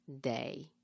day